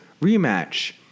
rematch